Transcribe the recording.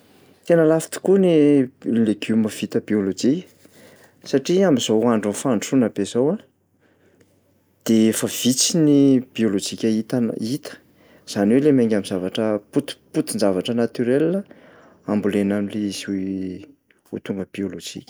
Tena lafo tokoa ny l- legioma vita biôlôjika satria am'zao andron'ny fandrosoana be zao a, de efa vitsy ny biôlôjika hitana- hita, zany hoe lay mianga am'zavatra poti- potin-javatra naturel ambolena am'lay izy ho tonga biôlôjika.